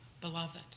beloved